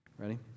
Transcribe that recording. Ready